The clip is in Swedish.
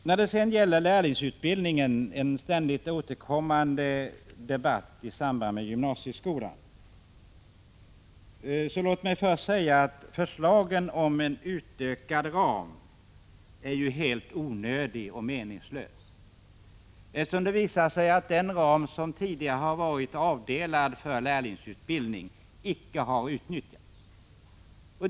När det gäller lärlingsutbildningen, som har varit föremål för en ständigt återkommande debatt i samband med gymnasieskolan, vill jag först säga att förslagen om en utökad ram är helt onödiga och meningslösa. Det har nämligen visat sig att den ram som tidigare varit avdelad för lärlingsutbildning icke har utnyttjats.